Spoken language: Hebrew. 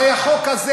הרי החוק הזה,